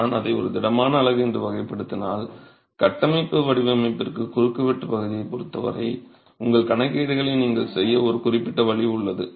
நான் அதை ஒரு திடமான அலகு என்று வகைப்படுத்தினால் கட்டமைப்பு வடிவமைப்பிற்கு குறுக்குவெட்டுப் பகுதியைப் பொருத்தவரை உங்கள் கணக்கீடுகளை நீங்கள் செய்ய ஒரு குறிப்பிட்ட வழி உள்ளது